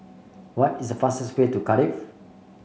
what is the fastest way to Cardiff